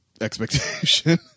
expectation